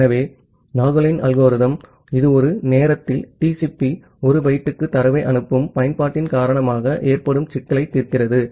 ஆகவே நாகேலின் அல்கோரிதம்Nagle's algorithm இது ஒரு நேரத்தில் TCP 1 பைட்டுக்கு தரவை அனுப்பும் பயன்பாட்டின் காரணமாக ஏற்படும் சிக்கலை தீர்க்கிறது